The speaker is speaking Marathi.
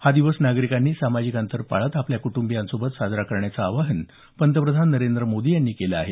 हा दिवस नागरिकांनी सामाजिक अंतर पाळत आपल्या कुटुंबियांसोबत साजरा करण्याचं आवाहन पंतप्रधान नरेंद्र मोदी यांनी केलं आहे